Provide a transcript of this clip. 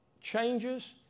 changes